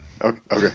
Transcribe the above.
Okay